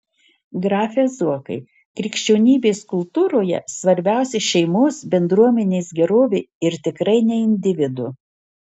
grafe zuokai krikščionybės kultūroje svarbiausia šeimos bendruomenės gerovė ir tikrai ne individo